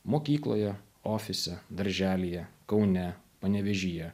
mokykloje ofise darželyje kaune panevėžyje